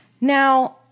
Now